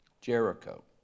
Jericho